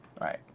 Right